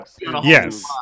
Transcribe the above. Yes